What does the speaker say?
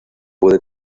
puede